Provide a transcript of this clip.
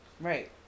Right